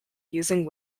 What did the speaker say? using